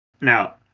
now